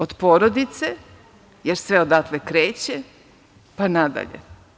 Od porodice, jer sve odatle kreće, pa nadalje.